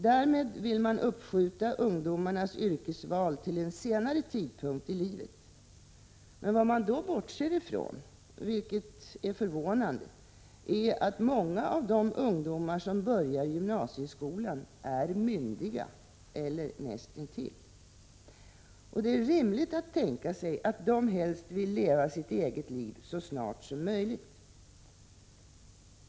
Därmed vill man uppskjuta ungdomarnas yrkesval till en senare tidpunkt i livet. Vad man då bortser från — vilket är förvånande — är att många av de ungdomar som börjar gymnasieskolan är myndiga eller näst intill myndiga. Det är rimligt att tänka sig att de helst vill leva sitt eget liv så snart som möjligt.